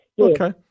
Okay